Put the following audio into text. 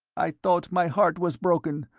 i thought my heart was broken,